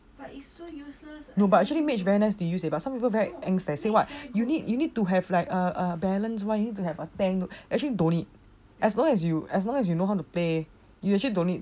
no but actually mage very nice to use eh but some people say what you need you need to have like a balance that kind of thing but actually don't need as long as you know how to play you don't need to have